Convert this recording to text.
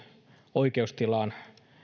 oikeustilaan